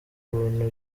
ubuntu